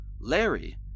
Larry